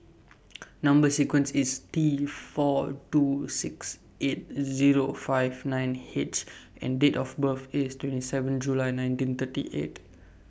Number sequence IS T four two six eight Zero five nine H and Date of birth IS twenty seven July nineteen thirty eight